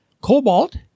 cobalt